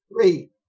three